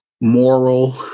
moral